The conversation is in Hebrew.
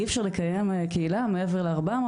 אי אפשר לקיים קהילה מעבר ל-400,